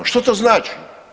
Što to znači?